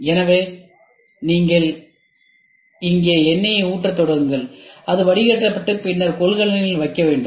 எனவே நீங்கள் இங்கே எண்ணெயை ஊற்றத் தொடங்கும் போதுஅது வடிகட்டப்பட்டு பின்னர் ஒரு கொள்கலனில் வைக்கவும்